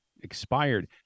expired